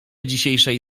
dzisiejszej